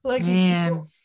Man